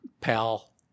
Pal